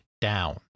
down